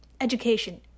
education